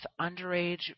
underage